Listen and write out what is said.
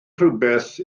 rhywbeth